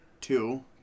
Two